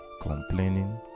complaining